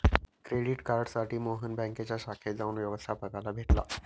credit कार्डसाठी मोहन बँकेच्या शाखेत जाऊन व्यवस्थपकाला भेटला